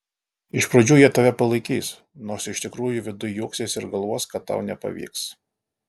iš pradžių jie tave palaikys nors iš tikrųjų viduj juoksis ir galvos kad tau nepavyks